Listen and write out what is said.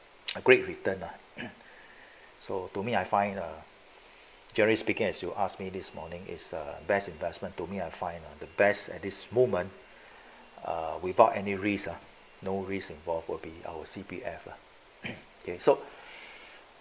a great return lah so to me I find err generally speaking as you ask me this morning is the best at this moment without any risk ah no risks involved will be our C_P_F lah okay so